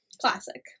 Classic